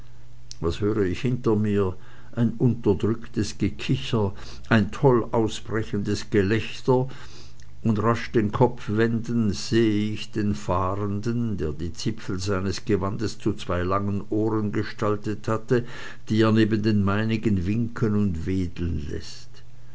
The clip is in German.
was höre ich hinter mir ein unterdrücktes gekicher ein toll ausbrechendes gelächter und rasch den kopf wendend sehe ich den fahrenden der die zipfel seines gewandes zu zwei langen ohren gestaltet hatte die er neben den meinigen winken und wedeln läßt